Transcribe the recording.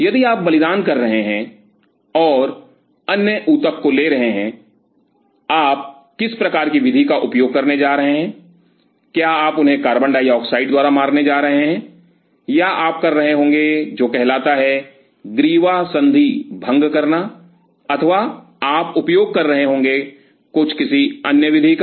यदि आप बलिदान कर रहे हैं और अन्य ऊतक को ले रहे हैं आप किस प्रकार की विधि का उपयोग करने जा रहे हैं क्या आप उन्हें कार्बन डाइऑक्साइड द्वारा मारने जा रहे हैं या आप कर रहे होंगे जो कहलाता है ग्रीवा संधि भंग करना अथवा आप उपयोग कर रहे होंगे कुछ किसी अन्य विधि का